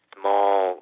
small